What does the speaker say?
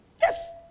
Yes